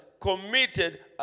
committed